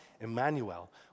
Emmanuel